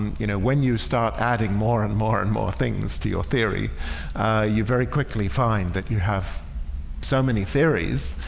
and you know when you start adding more and more and more things to your theory you very quickly find that you have so many theories